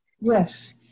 yes